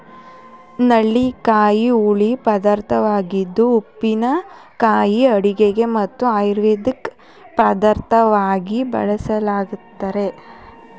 ನೆಲ್ಲಿಕಾಯಿ ಹುಳಿ ಪದಾರ್ಥವಾಗಿದ್ದು ಉಪ್ಪಿನಕಾಯಿ ಅಡುಗೆಗೆ ಮತ್ತು ಆಯುರ್ವೇದಿಕ್ ಪದಾರ್ಥವಾಗಿ ಬಳ್ಸತ್ತರೆ